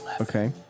Okay